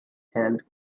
held